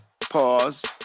pause